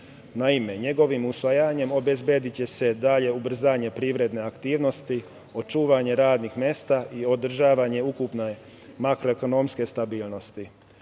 njegovim usvajanjem obezbediće se dalje ubrzanje privredne aktivnosti, čuvanje radnih mesta i održavanje ukupne makroekonomske stabilnosti.